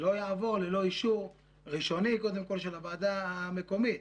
שלא יעבור ללא אישור ראשוני קודם כל של הוועדה המקומית.